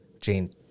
Jane